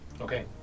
Okay